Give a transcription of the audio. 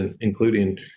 including